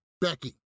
Becky